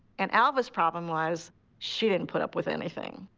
and alva's problem was she didn't put up with anything.